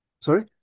Sorry